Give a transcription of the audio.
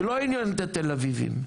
שלא עניין את התל אביבים,